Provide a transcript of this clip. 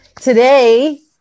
today